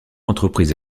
entreprise